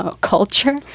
culture